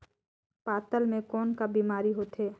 पातल म कौन का बीमारी होथे?